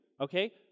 okay